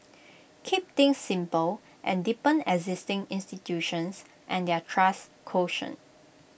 keep things simple and deepen existing institutions and their trust quotient